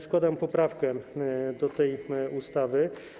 Składam poprawkę do tej ustawy.